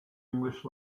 english